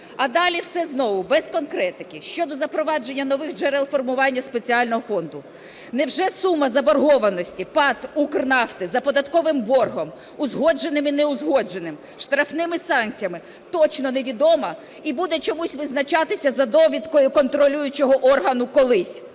А далі все знову без конкретики. Щодо запровадження нових джерел формування спеціального фонду. Невже сума заборгованості ПАТ "Укрнафти" за податковим боргом, узгодженим і неузгодженим, штрафними санкціями точно невідома і буде чомусь визначатися за довідкою контролюючого органу колись?